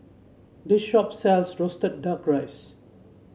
this shop sells roasted duck rice